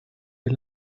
est